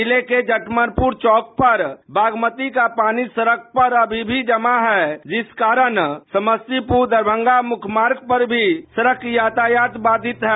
जिले के जटमलपुर चौक पर बागमती का पानी सडक पर अमी भी जमा है जिस कारण समस्तीपुर दरमंगा मुख्य मार्ग पर भी सडक यातायात बाधित है